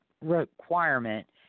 requirement